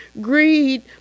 greed